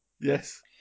Yes